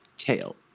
tail